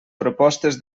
propostes